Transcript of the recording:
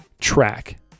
track